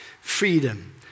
freedom